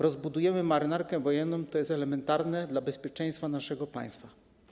Rozbudowa Marynarki Wojennej jest elementarna dla bezpieczeństwa naszego państwa.